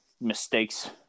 mistakes